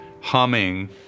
humming